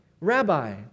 Rabbi